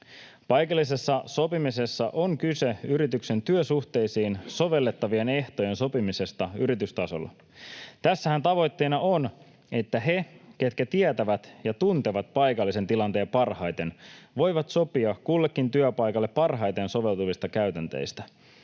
Paikallisessa sopimisessa on kyse yrityksen työsuhteisiin sovellettavien ehtojen sopimisesta yritystasolla. Tässähän tavoitteena on, että he, ketkä tietävät ja tuntevat paikallisen tilanteen parhaiten, voivat sopia kullekin työpaikalle parhaiten soveltuvista käytänteistä.